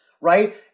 right